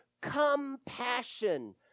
compassion